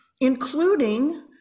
including